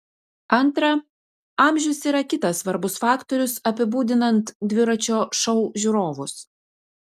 antra amžius yra kitas svarbus faktorius apibūdinant dviračio šou žiūrovus